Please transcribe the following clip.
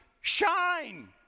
Shine